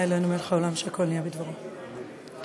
התשע"ז 2017,